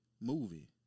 movie